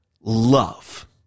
love